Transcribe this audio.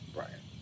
Brian